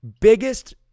biggest